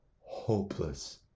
hopeless